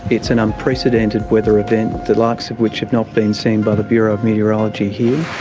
it's an unprecedented weather event, the likes of which have not been seen by the bureau of meteorology here.